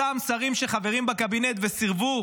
אותם שרים שחברים בקבינט וסירבו